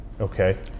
okay